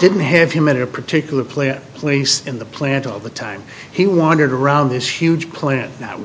didn't have him in a particular player place in the plant all the time he wandered around this huge plant that w